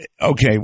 Okay